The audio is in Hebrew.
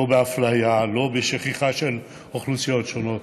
לא אפליה, לא שכחה של אוכלוסיות שונות.